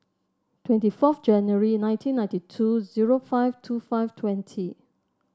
twenty four January nineteen ninety two zero five two five twenty